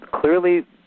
clearly